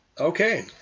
Okay